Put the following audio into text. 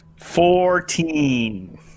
Fourteen